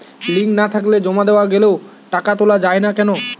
Link না থাকলে জমা দেওয়া গেলেও টাকা তোলা য়ায় না কেন?